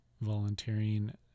volunteering